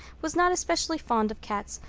was not especially fond of cats,